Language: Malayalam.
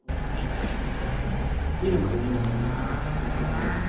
ഓക്കെ താങ്ക് യൂ സാർ ഈ നമ്പര് തന്നെ ഈ നമ്പര് തന്നെ ഓക്കെ താങ്ക് യൂ സാർ